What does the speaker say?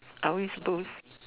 are we supposed